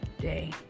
day